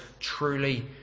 truly